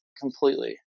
completely